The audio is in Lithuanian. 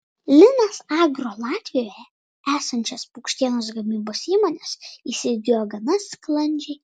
linas agro latvijoje esančias paukštienos gamybos įmones įsigijo gana sklandžiai